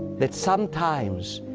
that, sometimes,